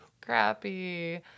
crappy